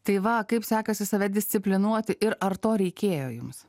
tai va kaip sekasi save disciplinuoti ir ar to reikėjo jums